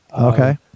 Okay